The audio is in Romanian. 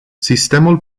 sistemul